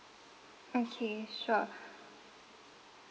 okay sure